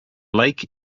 lake